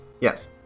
Yes